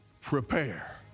Prepare